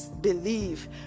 believe